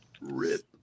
Rip